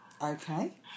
Okay